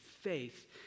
faith